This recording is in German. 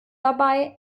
dabei